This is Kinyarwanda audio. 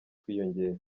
kwiyongera